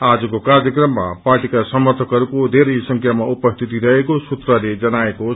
आजको कार्यक्रममा पार्टीका समर्थकहरूको बेरै संख्यामा उपस्थिति रहेको सूत्रले जनाएको छ